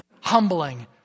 humbling